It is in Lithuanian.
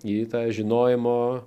į žinojimo